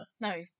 No